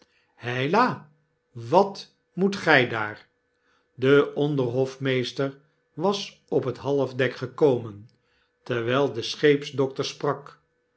heila wat moet gij daar de onderhofmeester was op het halfdek gekomen terwiji de scheepsdokter sprak